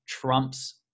trumps